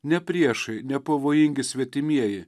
ne priešai nepavojingi svetimieji